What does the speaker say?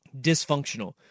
dysfunctional